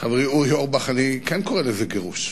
חברי אורי אורבך, אני כן קורא לזה "גירוש".